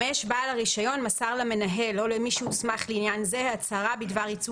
בעל הרישיון מסר למנהל או למי שהוסמך לעניין זה הצהרה בדבר ייצוא